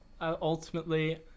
Ultimately